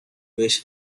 wish